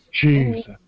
Jesus